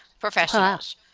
professionals